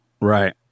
Right